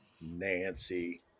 Nancy